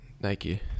Nike